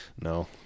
no